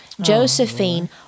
Josephine